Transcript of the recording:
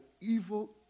evil